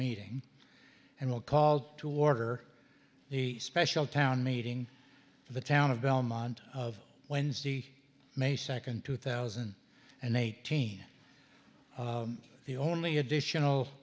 meeting and will call to order a special town meeting the town of belmont of wednesday may second two thousand and eighteen the only additional